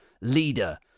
Leader